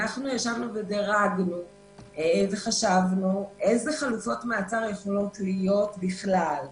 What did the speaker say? אנחנו דירגנו וחשבנו אילו חלופות מעצר יכולות להיות בכלל.